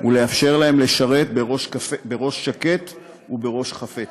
ולאפשר להם לשרת בראש שקט ובלב חפץ.